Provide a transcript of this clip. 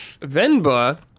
Venba